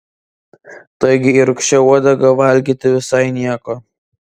taigi ir rūgščią uogą valgyti visai nieko